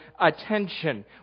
attention